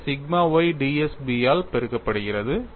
எனவே sigma y ds B ஆல் பெருக்கப்படுகிறது